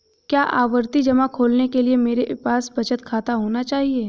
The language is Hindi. क्या आवर्ती जमा खोलने के लिए मेरे पास बचत खाता होना चाहिए?